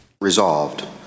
Resolved